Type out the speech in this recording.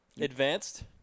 advanced